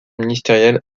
ministériel